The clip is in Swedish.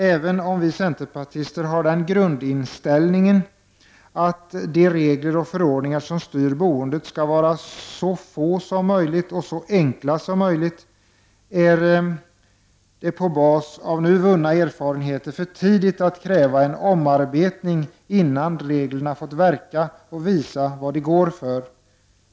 Även om vi centerpartister har grundinställningen att de regler och förordningar som styr boendet skall vara så få som möjligt och så enkla som möjligt är det på bas av nu vunna erfarenheter för tidigt att kräva en omarbetning innan reglerna fått verka och visa vad de går för.